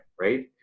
Right